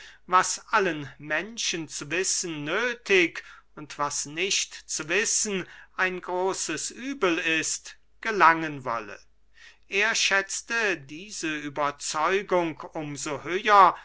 was allen menschen zu wissen nöthig und was nicht zu wissen ein großes übel ist gelangen wolle er schätzte diese überzeugung um so höher